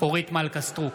אורית מלכה סטרוק,